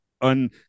on